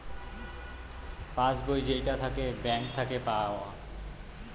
pass বই যেইটা থাকে ব্যাঙ্ক থাকে পাওয়া